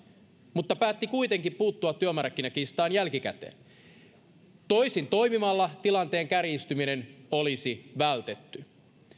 mutta päätti kuitenkin puuttua työmarkkinakiistaan toisin toimimalla tilanteen kärjistyminen olisi vältetty